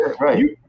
right